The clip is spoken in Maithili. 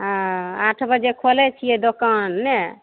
हँ आठ बजे खोलै छियै दोकान ने